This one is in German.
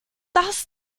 das